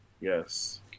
Yes